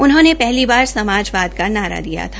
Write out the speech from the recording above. उन्होंने पहली बार समाजवाद का नारा दिया था